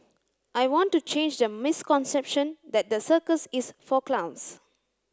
I want to change the misconception that the circus is for clowns